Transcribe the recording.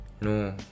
No